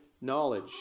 knowledge